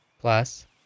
Plus